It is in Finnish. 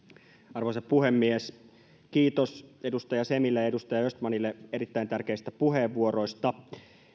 arvoisa puhemies kiitos edustaja semille ja edustaja östmanille erittäin tärkeistä puheenvuoroista